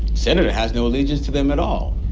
senator has no allegiance to them at all.